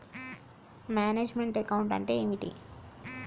Manage meant account అంటే ఏమిటి?